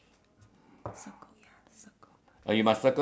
you just write uh on top of the on the plastic ah